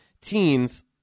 teens